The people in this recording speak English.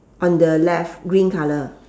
on the left green colour